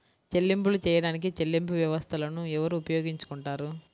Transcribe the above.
చెల్లింపులు చేయడానికి చెల్లింపు వ్యవస్థలను ఎవరు ఉపయోగించుకొంటారు?